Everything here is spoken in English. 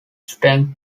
strength